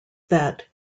that